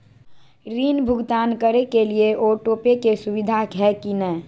ऋण भुगतान करे के लिए ऑटोपे के सुविधा है की न?